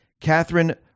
Catherine